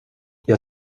jag